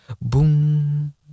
boom